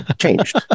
Changed